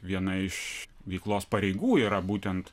viena iš veiklos pareigų yra būtent